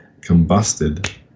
combusted